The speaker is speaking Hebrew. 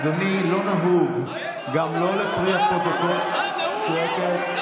אדוני, לא נהוג, גם לא לפי הפרוטוקול, מה לא נהוג?